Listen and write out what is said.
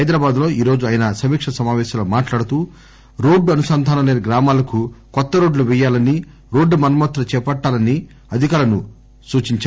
హైదరాబాద్లో ఈరోజు ఆయన సమీకా సమాపేశంలో మాట్లాడుతూ రోడ్లు అనుసంధానం లేని గ్రామాలకు కొత్త రోడ్లు పేయాలని రోడ్ల మరమ్మత్తులు చేపట్టాలని అధికారులను కోరారు